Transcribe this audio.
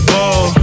Ball